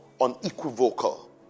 unequivocal